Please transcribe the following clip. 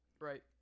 right